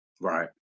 Right